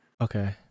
Okay